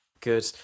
Good